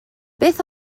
beth